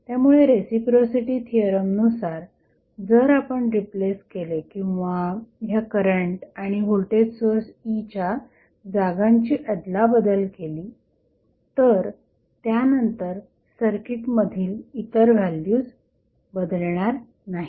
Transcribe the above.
त्यामुळे रेसिप्रोसिटी थिअरमनुसार जर आपण रिप्लेस केले किंवा ह्या करंट आणि व्होल्टेज सोर्स E च्या जागांची अदलाबदल केली तर त्यानंतर सर्किटमधील इतर व्हॅल्यूज बदलणार नाहीत